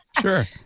sure